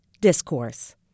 discourse